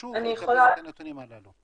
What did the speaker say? חשוב לקבל את הנתונים הללו.